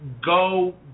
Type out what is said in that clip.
go